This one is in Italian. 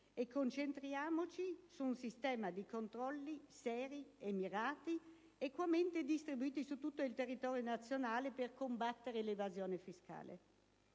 e concentriamoci su un sistema di controlli seri e mirati, equamente distribuiti su tutto il territorio nazionale, per combattere l'evasione fiscale.